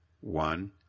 One